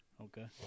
okay